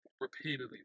repeatedly